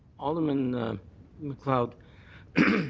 alderman macleod,